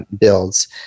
builds